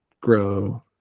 grow